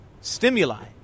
Stimuli